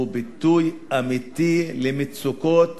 שהוא ביטוי אמיתי למצוקות